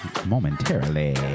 momentarily